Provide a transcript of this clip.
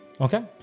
Okay